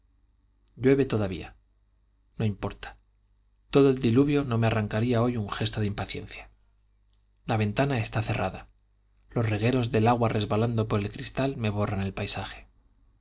llueve todavía no importa todo el diluvio no me arrancaría hoy un gesto de impaciencia la ventana está cerrada los regueros del agua resbalando por el cristal me borran el paisaje